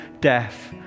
death